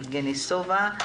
יבגני סובה,